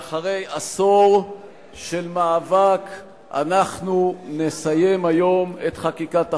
ואחרי עשור של מאבק אנחנו נסיים היום את חקיקת החוק.